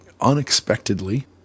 unexpectedly